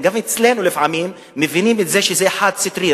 גם אצלנו לפעמים מבינים את זה שזה חד-סטרי,